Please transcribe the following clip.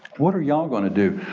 what are y'all gonna do?